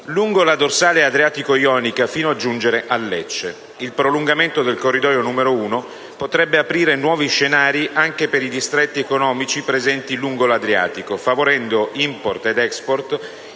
lungo la dorsale adriatico-ionica fino a giungere a Lecce. Il prolungamento del corridoio 1 potrebbe aprire nuovi scenari anche per i distretti economici presenti lungo l'Adriatico, favorendo l'*import* e l'*export*